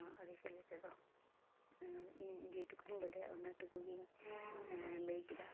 ᱟᱹᱨᱤᱪᱟᱹᱞᱤ ᱨᱮᱫᱚ ᱤᱧ ᱡᱮᱴᱩᱠᱩᱧ ᱵᱟᱰᱟᱭᱟ ᱤᱱᱟᱹᱴᱩᱠᱩ ᱜᱮᱧ ᱞᱟᱹᱭ ᱠᱮᱫᱟ ᱟᱨ